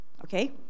Okay